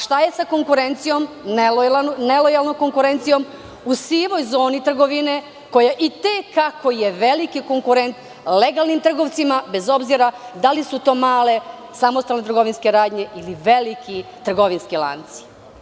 Šta je sa nelojalnom konkurencijom u sivoj zoni trgovine koja je i te kako veliki konkurent legalnim trgovcima, bez obzira da li su to male samostalne trgovinske radnje ili veliki trgovinski lanci.